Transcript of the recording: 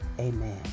Amen